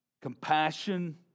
compassion